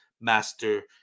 Master